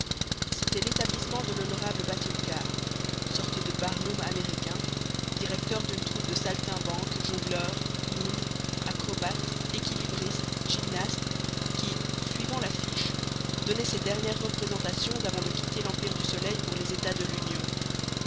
c'était l'établissement de l'honorable batulcar sorte de barnum américain directeur d'une troupe de saltimbanques jongleurs clowns acrobates équilibristes gymnastes qui suivant l'affiche donnait ses dernières représentations avant de quitter l'empire du soleil pour les états de l'union